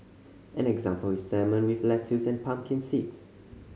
an example is salmon with lettuce and pumpkin seeds